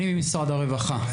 אני ממשרד הרווחה.